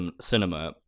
cinema